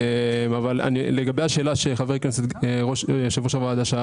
לגבי השאלה של יושב-ראש הוועדה,